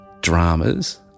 dramas